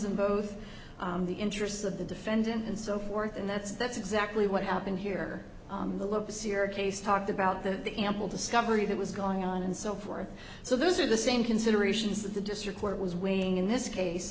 in both the interests of the defendant and so forth and that's that's exactly what happened here to look to see your case talked about the ample discovery that was going on and so forth so those are the same considerations that the district court was weighing in this case